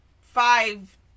five